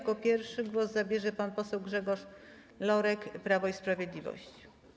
Jako pierwszy głos zabierze pan poseł Grzegorz Lorek, Prawo i Sprawiedliwość.